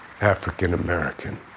African-American